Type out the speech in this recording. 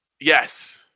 Yes